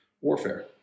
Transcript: warfare